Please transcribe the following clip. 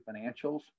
financials